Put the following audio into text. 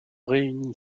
réunit